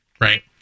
right